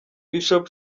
bishop